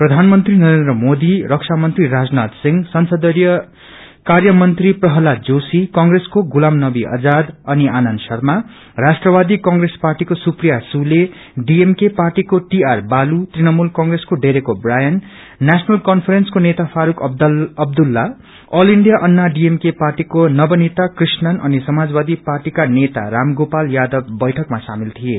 प्रधानमन्त्री नरेन्द्र मोदी रक्षा मंत्री राजनाथ सिंह संसदीय कार्यमन्त्री प्रहलाद जोशी कंग्रेसको मुलाम नवी आजाद अनि आनन्द शर्मा राष्ट्रवादी कंग्रेस पार्टीको सुप्रिया सुले डीएमके पार्टीको टीआर बालु तृणमूल कंप्रेसको डेरेक ओ ब्रायन नेशनल कांफ्रेसको नेता Farooq Abdullah all India Anna DMK पार्टीको नवनीता कृष्मन अनि समाजवाबी पार्टीका नेता रामगोपाल यादव बैठकमा शामेल थिए